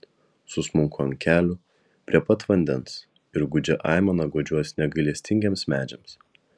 susmunku ant kelių prie pat vandens ir gūdžia aimana guodžiuosi negailestingiems medžiams